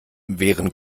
wären